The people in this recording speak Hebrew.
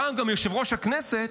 פעם גם יושב-ראש הכנסת,